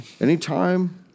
Anytime